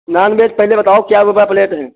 नान भेज पहले बताओ कै रुपये प्लेट है